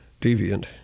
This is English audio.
deviant